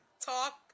talk